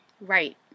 right